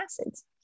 acids